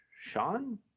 Sean